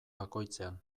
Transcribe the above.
bakoitzean